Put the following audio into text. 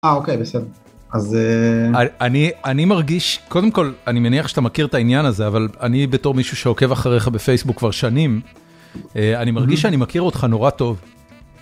אה, אוקי בסדר. אז זה... אני אני מרגיש קודם כל אני מניח שאתה מכיר את העניין הזה אבל אני בתור מישהו שעוקב אחריך בפייסבוק כבר שנים אני מרגיש שאני מכיר אותך נורא טוב.